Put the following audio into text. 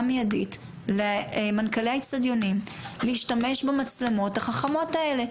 מיידית למנכ"לי האצטדיונים להשתמש במצלמות החכמות האלה,